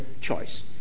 choice